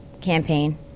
campaign